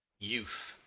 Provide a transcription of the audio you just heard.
youth!